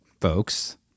folks